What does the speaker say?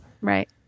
Right